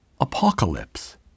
Apocalypse